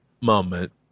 moment